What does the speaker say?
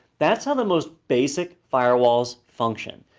that's how the most basic firewalls function.